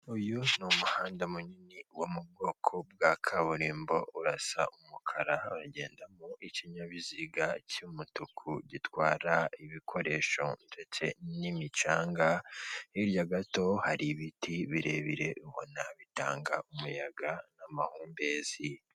Uyu ni umuhanda munini wo mu bwoko bwa kaburimbo urasa umukara, uragendamo ikinyabiziga cy'umutuku gitwara ibikoresho ndetse n'imicanga, hirya gato hari ibiti birebire ubona bitanga umuyaga n'amahumbezi.